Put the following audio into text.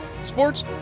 sports